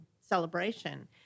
celebration